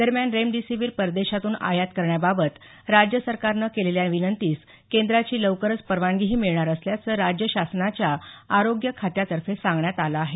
दरम्यान रेमडीसीविर परदेशातून आयात करण्याबाबत राज्य सरकारनं केलेल्या विनंतीस केंद्राची लवकरच परवानगीही मिळणार असल्याचं राज्य शासनाच्या आरोग्य खात्यातर्फे सांगण्यात आलं आहे